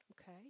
okay